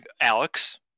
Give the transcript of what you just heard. Alex